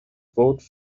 vote